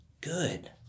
good